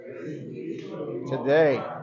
Today